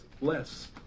less